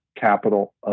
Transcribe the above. capital